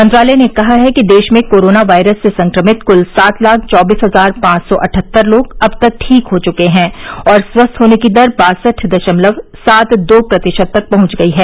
मंत्रालय ने कहा है कि देश में कोरोना वायरस से संक्रमित क्ल सात लाख चौबीस हजार पांच सौ अठहत्तर लोग अब तक ठीक हो चुके हैं और स्वस्थ होने की दर बासठ दशमलव सात दो प्रतिशत तक पहुंच गई है